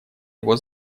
его